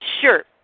Sure